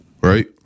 Right